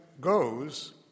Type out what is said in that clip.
goes